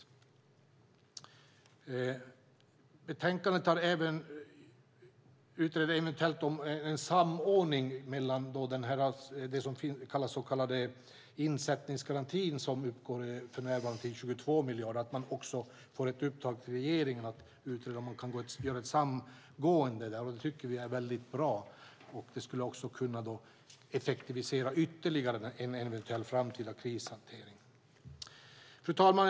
I betänkandet utreds en eventuell samordning med den så kallade insättningsgarantin, som för närvarande uppgår till 22 miljarder kronor. Regeringen ska få uppdraget att utreda ett samgående. Det tycker vi är bra. Det skulle ytterligare effektivisera en eventuell framtida krishantering. Fru talman!